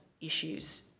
issues